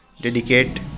dedicate